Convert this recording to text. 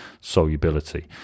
solubility